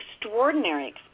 extraordinary